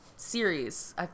series